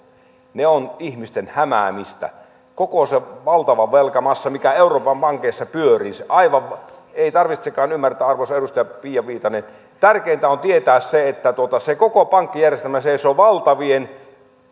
ne ovat ihmisten hämäämistä koko se valtava velkamassa mikä euroopan pankeissa pyörii se aivan ei tarvitsekaan ymmärtää arvoisa edustaja pia viitanen tärkeintä on tietää se että se koko pankkijärjestelmä seisoo valtavien